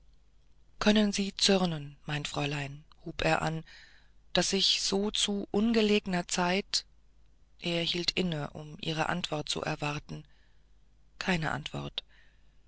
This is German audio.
können sie zürnen mein fräulein hub er an daß ich zu so ungelegener zeit er hielt inne um ihre antwort zu erwarten keine antwort